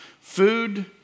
Food